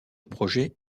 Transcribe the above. projet